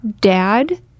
dad